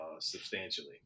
substantially